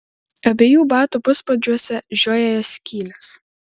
abiejų batų puspadžiuose žiojėjo skylės